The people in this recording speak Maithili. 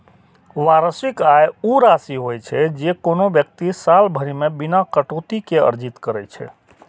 वार्षिक आय ऊ राशि होइ छै, जे कोनो व्यक्ति साल भरि मे बिना कटौती के अर्जित करै छै